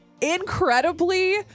incredibly